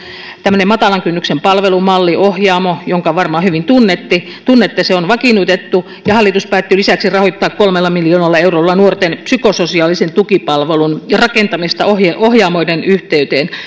tämmöinen matalan kynnyksen palvelumalli ohjaamo jonka varmaan hyvin tunnette tunnette on vakiinnutettu ja hallitus päätti lisäksi rahoittaa kolmella miljoonalla eurolla nuorten psykososiaalisen tukipalvelun rakentamista ohjaamoiden yhteyteen